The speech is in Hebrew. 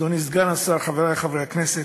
אדוני סגן השר, חברי חברי הכנסת,